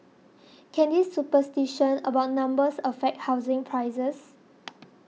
can this superstition about numbers affect housing prices